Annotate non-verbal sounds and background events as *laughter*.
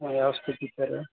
ಹಾಂ ಯಾವ *unintelligible* ಸರ